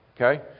Okay